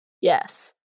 yes